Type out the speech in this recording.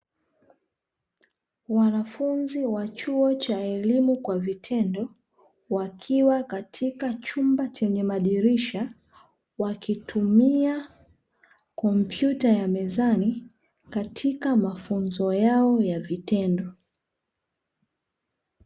Wanafunzi wa chuo cha elimu kwa vitendo wakiwa katika chumba chenye madirisha, wakitumia kompyuta ya mezani katika mafunzo yao ya vitendo.